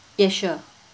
yeah sure